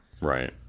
Right